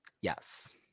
Yes